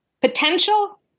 Potential